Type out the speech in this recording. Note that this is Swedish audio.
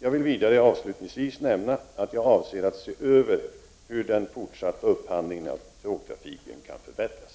Jag vill vidare avslutningsvis nämna att jag avser att se över hur den fortsatta upphandlingen av tågtrafiken kan förbättras.